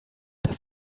das